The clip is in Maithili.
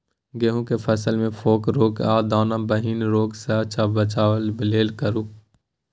गेहूं के फसल मे फोक रोग आ दाना विहीन रोग सॅ बचबय लेल की करू?